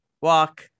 walk